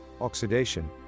oxidation